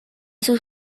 sus